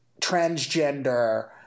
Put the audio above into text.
transgender